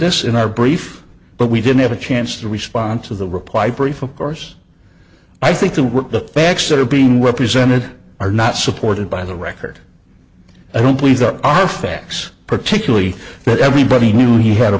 this in our brief but we didn't have a chance to respond to the reply brief of course i think you were the facts that are being represented are not supported by the record i don't please up are facts particularly but everybody knew he had a